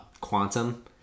Quantum